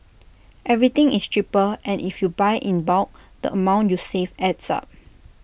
everything is cheaper and if you buy in bulk the amount you save adds up